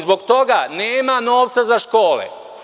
Zbog toga nema novca za škole.